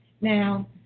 Now